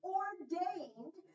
ordained